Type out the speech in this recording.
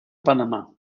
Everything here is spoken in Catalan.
panamà